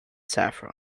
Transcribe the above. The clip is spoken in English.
saffron